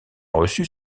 reçu